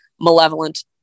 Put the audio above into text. malevolent